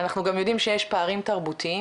אנחנו גם יודעים שיש פערים תרבותיים,